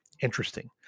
interesting